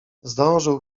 zdążył